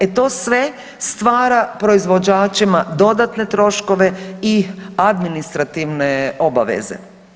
E to sve stvara proizvođačima dodatne troškove i administrativne obaveze.